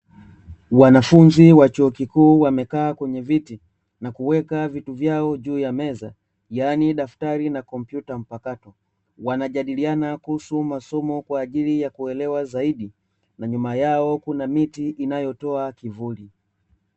Wanafunzi wa chuo kikuu wamekaa kwenye viti na kuweka vitu vyao juu ya meza, yaani daftari na kompyuta mpakato, wanajadiliana kuhusu masomo kwaajili ya kuelewa zaidi na nyuma yao kuna miti inayotoa kivuli.